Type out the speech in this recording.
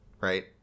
right